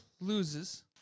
loses